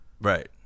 Right